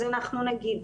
אז אנחנו נגיד.